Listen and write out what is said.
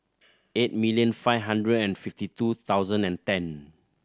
eight million five hundred and fifty two thousannd and ten